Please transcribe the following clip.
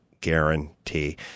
guarantee